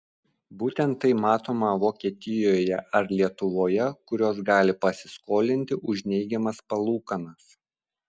būtent tai matoma vokietijoje ar lietuvoje kurios gali pasiskolinti už neigiamas palūkanas